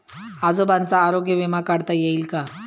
आजोबांचा आरोग्य विमा काढता येईल का?